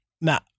Now